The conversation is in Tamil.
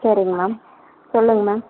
சரிங்க மேம் சொல்லுங்கள் மேம்